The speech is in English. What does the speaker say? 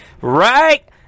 Right